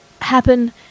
happen